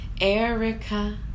Erica